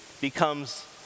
becomes